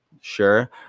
sure